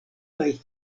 kaj